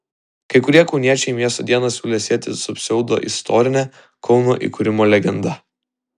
kai kurie kauniečiai miesto dieną siūlė sieti su pseudoistorine kauno įkūrimo legenda